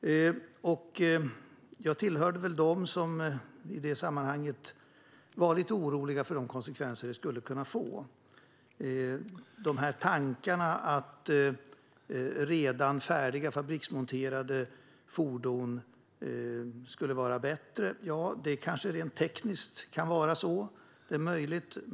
Jag tillhör dem som i sammanhanget har varit oroliga för de konsekvenser som tanken att redan färdiga fabriksmonterade fordon är bättre skulle kunna få. Ja, rent tekniskt kanske det kan vara så - det är möjligt.